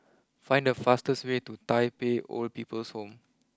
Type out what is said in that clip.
find the fastest way to Tai Pei Old People's Home